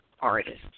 artists